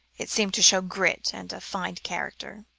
it seemed to show grit, and a fine character.